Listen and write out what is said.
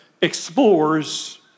explores